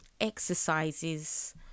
exercises